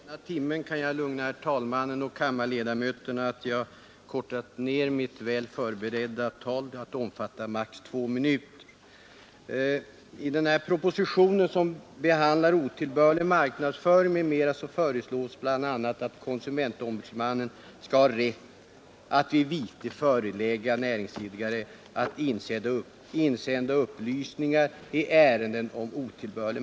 Herr talman! Jag kan lugna herr talmannen och kammarledamöterna med att jag på grund av den sena timmen har kortat ner mitt väl förberedda tal till att nu omfatta maximalt två minuter.